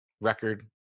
record